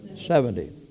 Seventy